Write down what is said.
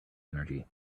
energy